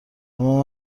اما